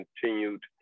continued